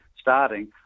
starting